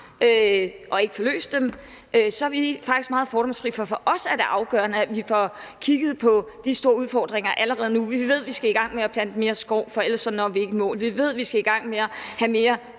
og ikke får løst dem, så er vi faktisk meget fordomsfri. For for os er det afgørende, at vi får kigget på de store udfordringer allerede nu. Vi ved, vi skal i gang med at plante mere skov, for ellers når vi ikke i mål. Vi ved, vi skal i gang med at have